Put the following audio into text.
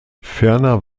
ferner